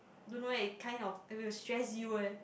don't know eh it kind of it will stress you eh